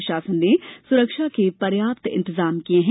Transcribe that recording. प्रषासन ने सुरक्षा के पर्याप्त इंतजाम किये हैं